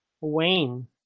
Wayne